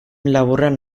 laburrean